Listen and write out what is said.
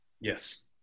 Yes